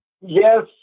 Yes